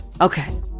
Okay